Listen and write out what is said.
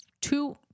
two